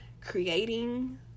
creating